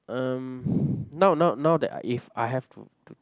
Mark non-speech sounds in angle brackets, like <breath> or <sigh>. um <breath> now now now that I if I have to to